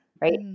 Right